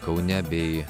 kaune bei